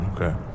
Okay